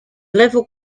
level